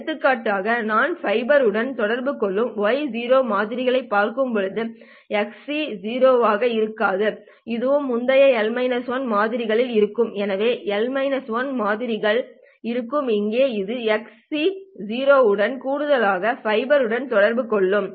எடுத்துக்காட்டாக நான் ஃபைபருடன் தொடர்பு கொள்ளும் y மாதிரியைப் பார்க்கும்போது xc ஆக இருக்காது இதுவும் முந்தைய L 1 மாதிரிகளும் இருக்கும் எனவே L 1 மாதிரிகள் இருக்கும் இங்கே இது xc உடன் கூடுதலாக ஃபைபருடன் தொடர்பு கொள்ளும்